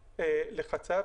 למשל,